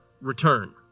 return